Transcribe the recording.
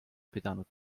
pidanud